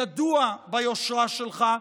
ידוע ביושרה שלך,